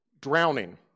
Drowning